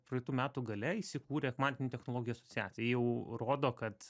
praeitų metų gale įsikūrė kvantinių technologijų asociacija jau rodo kad